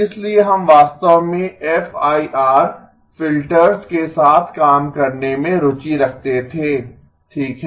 इसलिए हम वास्तव में एफआईआर फिल्टर्स के साथ काम करने में रुचि रखते थे ठीक है